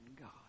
God